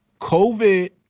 COVID